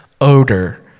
odor